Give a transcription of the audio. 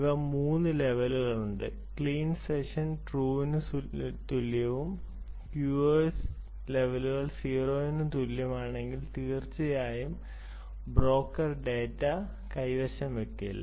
ഇവ മൂന്ന് ലെവലുകൾ ആണ് ക്ലീൻ സെഷൻ ട്രൂവിന് തുല്യവും QoS ലെവലുകൾ 0 ന് തുല്യവുമാണെങ്കിൽ തീർച്ചയായും ബ്രോക്കർ ഡാറ്റ കൈവശം വയ്ക്കില്ല